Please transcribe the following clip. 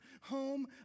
home